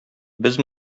без